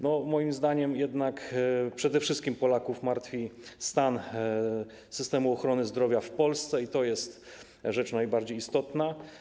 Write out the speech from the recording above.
No, moim zdaniem jednak przede wszystkim Polaków martwi stan systemu ochrony zdrowia w Polsce i to jest rzecz najbardziej istotna.